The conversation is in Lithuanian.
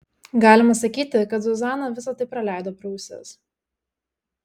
galima sakyti kad zuzana visa tai praleido pro ausis